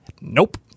nope